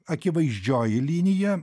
akivaizdžioji linija